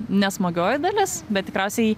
nesmagioji dalis bet tikriausiai